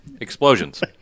Explosions